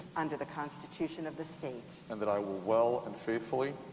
under the constitution of the state. and that i will well and faithfully.